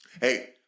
Hey